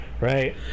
Right